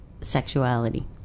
sexuality